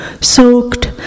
soaked